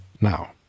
now